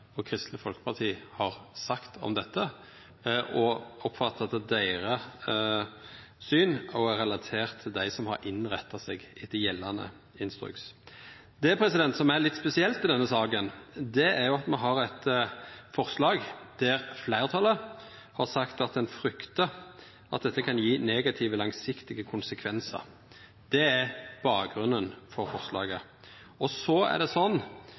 og Kristeleg Folkeparti har sagt om dette, og oppfattar at deira syn òg er relatert til dei som har innretta seg etter gjeldande instruks. Det som er litt spesielt i denne saka, er at me har eit forslag der fleirtalet har sagt at ein fryktar at dette kan gje negative langsiktige konsekvensar. Det er bakgrunnen for forslaget. Så er det sånn